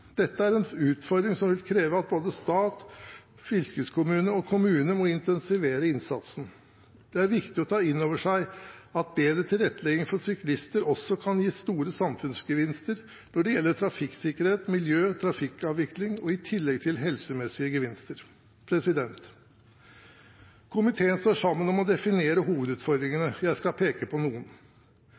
Dette er en utfordring som vil kreve at både stat, fylkeskommune og kommune må intensivere innsatsen. Det er viktig å ta inn over seg at bedre tilrettelegging for syklister også kan gi store samfunnsgevinster når det gjelder trafikksikkerhet, miljø og trafikkavvikling, i tillegg til helsemessige gevinster. Komiteen står sammen om å definere hovedutfordringene. Jeg skal peke på noen.